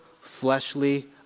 fleshly